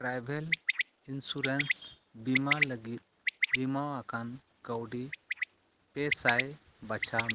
travel insurance ᱵᱤᱢᱟ ᱞᱟᱹᱜᱤᱫ ᱵᱤᱢᱟᱣᱟᱠᱟᱱ ᱠᱟᱣᱰᱤ ᱯᱮ ᱥᱟᱭ ᱵᱟᱪᱷᱟᱣᱢᱮ